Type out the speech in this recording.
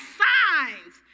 signs